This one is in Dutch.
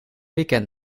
weekend